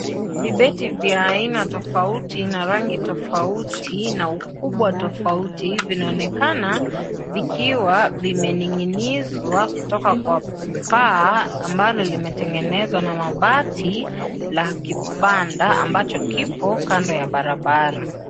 Vibeti vya aina tofauti na rangi tofauti na ukubwa tofauti, vinaonekana vikiwa vimening'inishwa kutoka kwa paa, ambalo limetengenezwa na mabati la kibanda, ambacho kipo kando ya barabara.